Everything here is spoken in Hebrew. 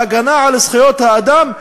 והגנה על זכויות האדם,